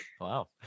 Wow